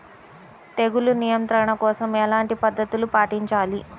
తెగులు నియంత్రణ కోసం ఎలాంటి పద్ధతులు పాటించాలి?